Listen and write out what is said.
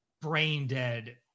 brain-dead